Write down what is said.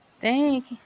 Thank